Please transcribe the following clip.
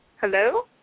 Hello